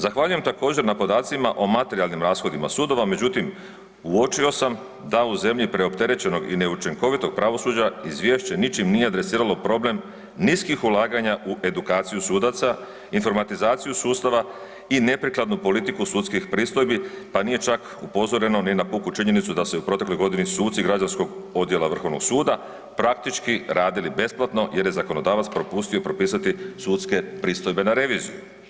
Zahvaljujem također na podacima o materijalnim rashodima, međutim uočio sam da u zemlji preopterećenog i neučinkovitog pravosuđa izvješće ničim nije adresiralo problem niskih ulaganja u edukaciju sudaca, informatizaciju sustava i neprikladnu politiku sudskih pristojbi, pa nije čak ni upozoreno na puku činjenicu da se u proteklog suci građanskog odjela Vrhovnog suda praktički radili besplatno jer je zakonodavac propustio propisati sudske pristojbe na reviziju.